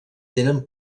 tenen